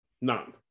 none